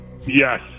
Yes